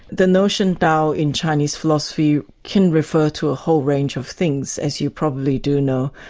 the notion dao in chinese philosophy can refer to a whole range of things. as you probably do know,